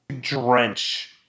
drench